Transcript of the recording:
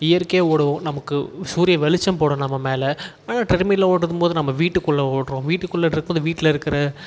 இயற்கையாக ஓடுவோம் நமக்கு சூரிய வெளிச்சம் படும் நம் மேல் ட்ரெட்மில்லில் ஓடும்போது நம்ம வீட்டுக்குள்ளே ஓடுறோம் வீட்டுக்குள்ளே இருக்கறது வீட்டில் இருக்கிற